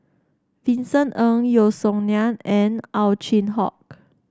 Vincent Ng Yeo Song Nian and Ow Chin Hock